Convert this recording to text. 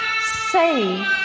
say